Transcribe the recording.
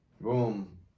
Boom